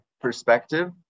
perspective